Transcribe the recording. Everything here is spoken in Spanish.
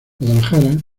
guadalajara